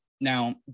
now